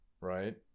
Right